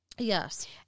Yes